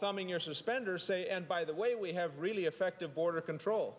thumbing your suspender say and by the way we have really effective border control